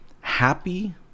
happy